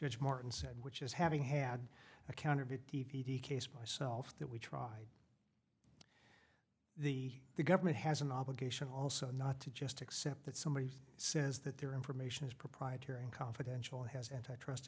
said which is having had a counterfeit d v d case myself that we tried the government has an obligation also not to just accept that somebody says that their information is proprietary and confidential has antitrust